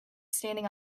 standing